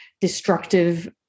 destructive